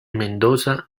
mendoza